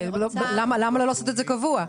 למה לא לעשות את זה קבוע?